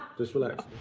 just relax.